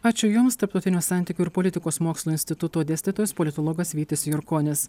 ačiū jums tarptautinių santykių ir politikos mokslų instituto dėstytojas politologas vytis jurkonis